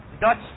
Dutch